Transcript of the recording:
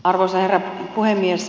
arvoisa herra puhemies